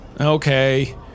Okay